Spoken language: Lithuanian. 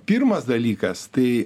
pirmas dalykas tai